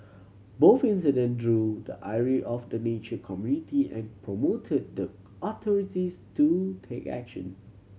both incident drew the ire of the nature community and prompted the authorities to take action